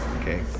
okay